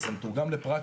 זה מתורגם לפרקטיקות.